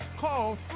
Call